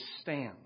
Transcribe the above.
stand